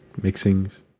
mixings